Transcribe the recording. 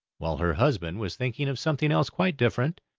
while her husband was thinking of something else quite different.